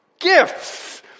gifts